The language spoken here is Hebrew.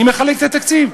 אני מחלק את התקציב?